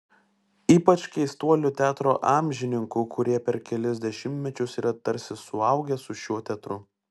ypač keistuolių teatro amžininkų kurie per kelis dešimtmečius yra tarsi suaugę su šiuo teatru